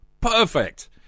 Perfect